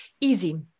Easy